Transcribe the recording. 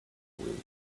wings